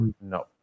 no